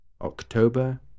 October